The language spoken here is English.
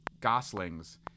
Goslings